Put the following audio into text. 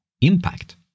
impact